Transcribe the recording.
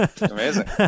Amazing